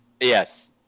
yes